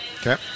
Okay